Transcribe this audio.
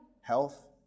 health